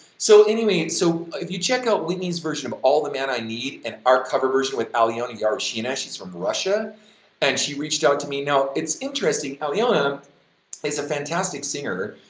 so, anyway, so if you check out whitney's version of all the man i need and our cover version with alyona yarushina, she's from russia and she reached out to me. now it's interesting, alyona is a fantastic singer,